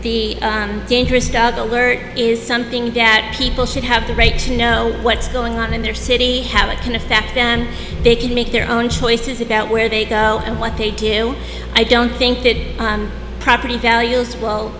the dangerous dog alert is something that people should have the right to know what's going on in their city how it can affect them they can make their own choices about where they go and what they did i don't think that property values will